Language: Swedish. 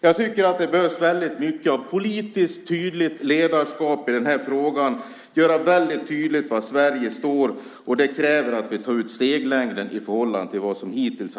Jag tycker att det behövs väldigt mycket av tydligt politiskt ledarskap i den här frågan, att det ska göras väldigt tydligt var Sverige står, och det kräver att vi tar ut steglängden i förhållande till vad som hittills har varit fallet.